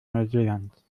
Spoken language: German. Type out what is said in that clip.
neuseelands